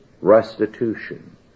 Restitution